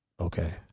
Okay